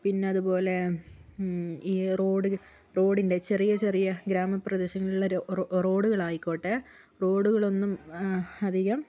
പിന്നേ അതുപോലെ ഈ റോഡ് റോഡിന്റെ ചെറിയ ചെറിയ ഗ്രാമപ്രദേശങ്ങളിലെ റോഡുകളായിക്കോട്ടെ റോഡുകളൊന്നും അധികം